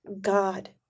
God